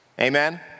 Amen